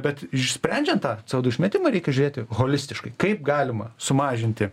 bet išsprendžiant tą c o du išmetimą reikia žiūrėti holistiškai kaip galima sumažinti